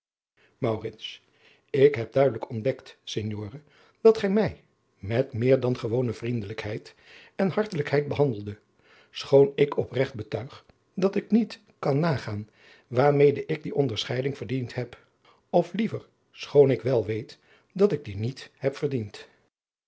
ik heb duidelijk ontdekt signore dat gij mij met meer dan gewone vriendelijkheid en hartelijkheid behandelde schoon ik opregt betuig dat ik niet kan nagaan waarmede ik die onderscheiding verdiend heb of liever schoon ik wel weet dat ik die niet heb verdiend